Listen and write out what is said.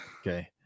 Okay